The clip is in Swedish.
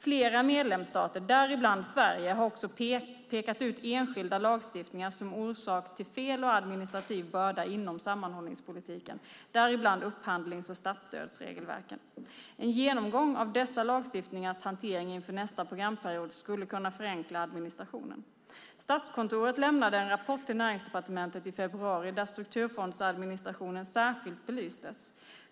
Flera medlemsstater, däribland Sverige, har också pekat ut enskilda lagstiftningar som orsak till fel och administrativ börda inom sammanhållningspolitiken, däribland upphandlings och statsstödsregelverken. En genomgång av dessa lagstiftningars hantering inför nästa programperiod skulle kunna förenkla administrationen. Statskontoret lämnade en rapport till Näringsdepartementet i februari där strukturfondsadministrationen särskilt belystes.